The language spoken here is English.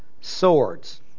swords